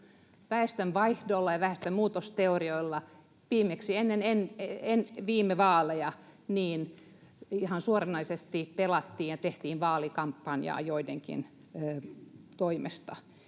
Väestönvaihdolla ja väestönmuutosteorioilla viimeksi ennen viime vaaleja ihan suoranaisesti pelattiin ja tehtiin vaalikampanjaa joidenkin toimesta.